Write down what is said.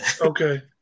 Okay